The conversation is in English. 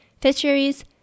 fisheries